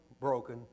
broken